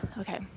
okay